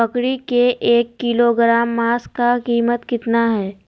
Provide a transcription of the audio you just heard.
बकरी के एक किलोग्राम मांस का कीमत कितना है?